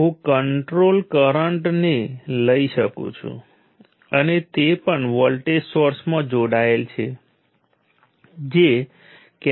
તેથી કાર્યના પરિવર્તનનો દર એ પાવર છે અને તેમાંથી આપણને આ વ્યાખ્યા મળે છે કે પાવર એ વોલ્ટેજ × કરંટ છે